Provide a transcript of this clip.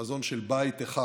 חזון של בית אחד